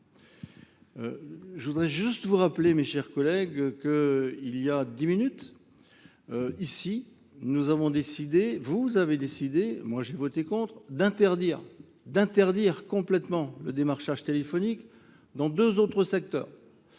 Je voudrais juste vous rappeler, mes chers collègues, qu'il y a dix minutes, ici, nous avons décidé, vous avez décidé, moi j'ai voté contre, d'interdire complètement le démarchage téléphonique dans deux autres secteurs.